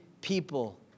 people